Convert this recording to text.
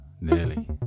nearly